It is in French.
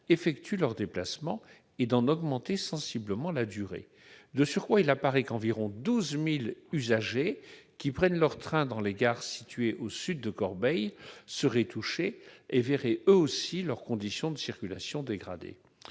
effectuent leurs déplacements et d'en augmenter sensiblement la durée. De surcroît, il apparaît que 12 000 usagers environ prennent leur train dans les gares situées au sud de Corbeil seraient également touchés et verraient eux aussi leurs conditions de circulation dégradées.